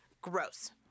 Gross